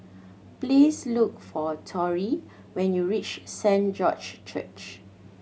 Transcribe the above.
please look for Torry when you reach Saint George Church